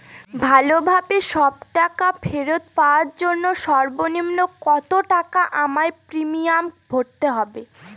ভালোভাবে সব টাকা ফেরত পাওয়ার জন্য সর্বনিম্ন কতটাকা আমায় প্রিমিয়াম ভরতে হবে?